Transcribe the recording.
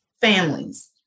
families